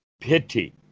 Pity